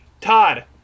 Todd